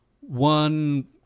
one